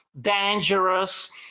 dangerous